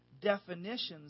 definitions